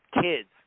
kids